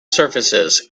surfaces